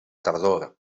tardor